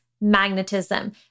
magnetism